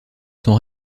son